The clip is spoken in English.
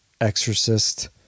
Exorcist